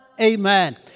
Amen